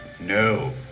No